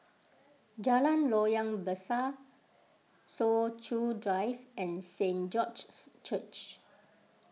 Jalan Loyang Besar Soo Chow Drive and Saint George's Church